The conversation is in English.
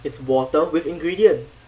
it's water with ingredient